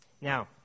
Now